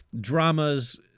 dramas